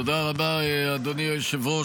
תודה רבה, אדוני היושב-ראש.